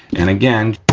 and again,